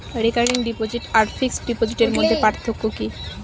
Recurring deposit আর fixed ডিপোজিটের মধ্যে পার্থক্য কি?